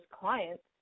clients